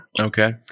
Okay